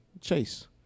chase